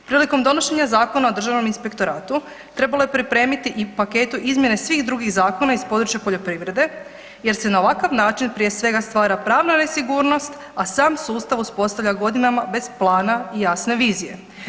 Prilikom donošenja Zakona o državnom inspektoratu trebalo je pripremiti u paketu izmjene svih drugih zakona iz područja poljoprivrede, jer se na ovakav način prije svega stvara pravna nesigurnost, a sam sustava uspostavlja godinama, bez plana i jasne vizije.